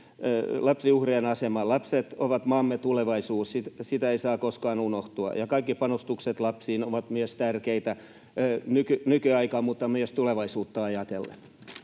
lapsiuhrien asemaa. Lapset ovat maamme tulevaisuus — sitä ei saa koskaan unohtaa — ja kaikki panostukset lapsiin ovat tärkeitä nykyaikana mutta myös tulevaisuutta ajatellen.